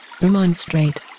Remonstrate